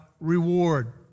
reward